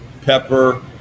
pepper